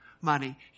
money